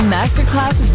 Masterclass